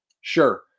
sure